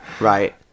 Right